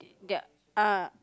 their ah